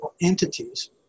entities